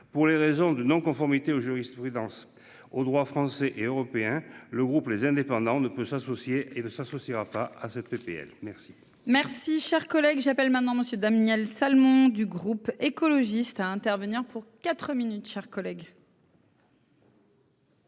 Pour les raisons de non conformité aux jurisprudence. Au droit français et européen. Le groupe les indépendants ne peut s'associer et de s'associera pas à cette CPL merci. Merci cher collègue. J'appelle maintenant monsieur Daniel Salmon du groupe écologiste à intervenir pour 4 minutes,